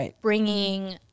bringing